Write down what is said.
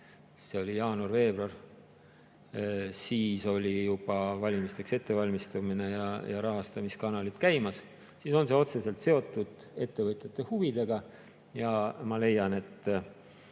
see oli jaanuar-veebruar, siis oli juba valimisteks ettevalmistamine ja rahastamiskanalid käimas –, siis on see otseselt seotud ettevõtjate huvidega. Ma leian, et